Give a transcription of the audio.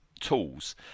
tools